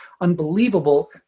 unbelievable